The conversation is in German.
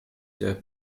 der